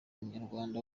munyarwanda